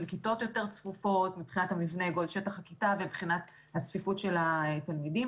כיתות יותר צפופות מבחינת המבנה ושטח הכיתה ומבחינת הצפיפות של התלמידים.